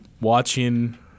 watching